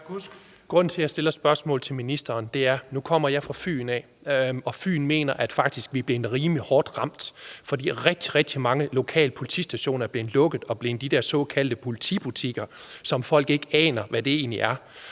Grunden til, at jeg stiller spørgsmål til ministeren, er, at nu kommer jeg fra Fyn, og på Fyn mener vi, at vi faktisk er blevet rimelig hårdt ramt, fordi rigtig, rigtig mange lokale politistationer er blevet lukket og blevet de der såkaldte politibutikker, som folk egentlig ikke aner hvad er.